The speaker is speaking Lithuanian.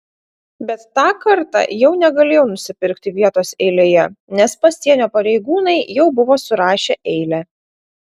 bet tą kartą jau negalėjau nusipirkti vietos eilėje nes pasienio pareigūnai jau buvo surašę eilę